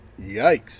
yikes